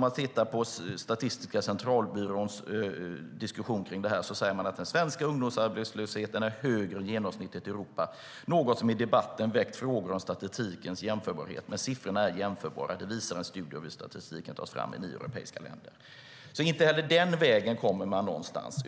man tittar på Statistiska centralbyråns diskussion kring detta kan man se att de säger: "Den svenska ungdomsarbetslösheten är högre än genomsnittet i Europa, något som i debatten väckt frågor om statistikens jämförbarhet. Men siffrorna är jämförbara. Det visar en studie av hur statistiken tas fram i nio europeiska länder." Inte heller den vägen kommer man alltså någonstans.